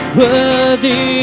worthy